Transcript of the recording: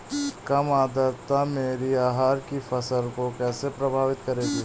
कम आर्द्रता मेरी अरहर की फसल को कैसे प्रभावित करेगी?